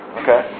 okay